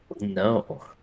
No